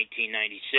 1996